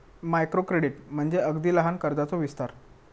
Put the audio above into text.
micro credit म्हणजे अगदी लहान कर्जाचो विस्तार